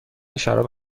شراب